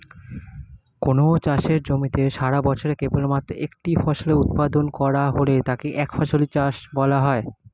কোনও চাষের জমিতে সারাবছরে কেবলমাত্র একটি ফসলের উৎপাদন করা হলে তাকে একফসলি চাষ বলা হয়